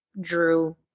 drew